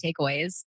takeaways